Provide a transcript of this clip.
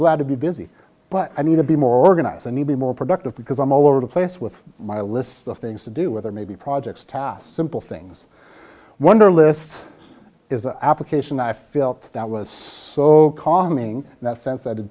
glad to be busy but i need to be more organized and maybe more productive because i'm all over the place with my list of things to do with or maybe projects tasks simple things wunderlist is the application i feel that was so calming that sense that it